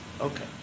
Okay